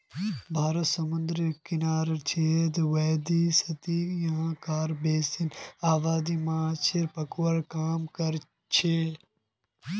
भारत समूंदरेर किनारित छेक वैदसती यहां कार बेसी आबादी माछ पकड़वार काम करछेक